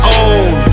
own